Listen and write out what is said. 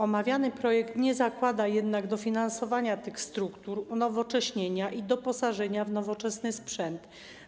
Omawiany projekt nie zakłada jednak dofinansowania tych struktur, ich unowocześnienia i doposażenia w nowoczesny sprzęt.